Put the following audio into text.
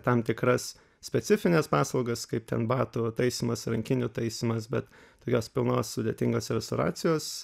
tam tikras specifines paslaugas kaip ten batų taisymas rankinių taisymas bet tokios pilnos sudėtingos restauracijos